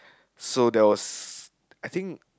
so there was I think